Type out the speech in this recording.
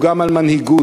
הוא גם על מנהיגות.